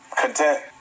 content